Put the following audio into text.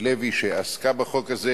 יושב-ראש ועדת החוקה,